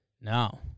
No